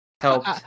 helped